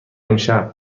امشب